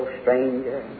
stranger